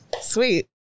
Sweet